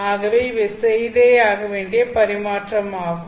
ஆகவே இவை செய்தே ஆக வேண்டிய பரிமாற்றம் ஆகும்